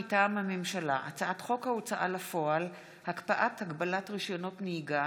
מטעם הממשלה: הצעת חוק ההוצאה לפועל (הקפאת הגבלת רישיונות נהיגה)